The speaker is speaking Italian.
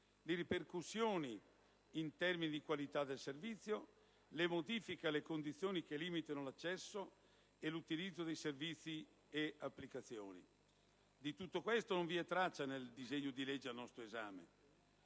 le ripercussioni in termini di qualità del servizio; le modifiche alle condizioni che limitano l'accesso; l'utilizzo di servizi e applicazioni. Di tutto questo non vi è traccia nel disegno di legge al nostro esame.